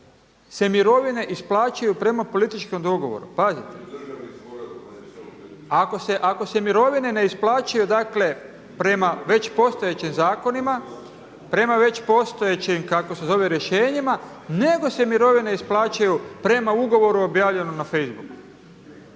se mirovine isplaćuju prema političkom dogovoru, pazite? Ako se mirovine ne isplaćuju prema već postojećim zakonima, prema postojećim rješenjima nego se mirovine isplaćuju prema ugovoru objavljenom na facebooku.